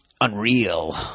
Unreal